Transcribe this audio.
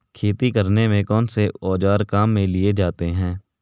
खेती करने में कौनसे औज़ार काम में लिए जाते हैं?